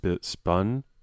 spun